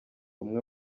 umwe